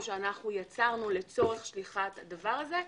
שאנחנו יצרנו לצורך שליחת הדבר הזה.